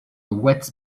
wet